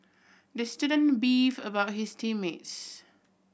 the student beefed about his team mates